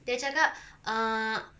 dia cakap err